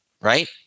Right